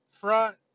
Front